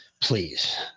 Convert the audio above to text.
please